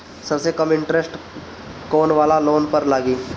सबसे कम इन्टरेस्ट कोउन वाला लोन पर लागी?